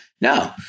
no